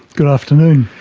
good afternoon.